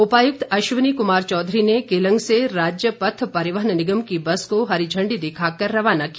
उपायुक्त अश्वनी कुमार चौधरी ने केलंग से राज्य पथ परिवहन निगम की बस को हरी झण्डी दिखाकर रवाना किया